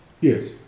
yes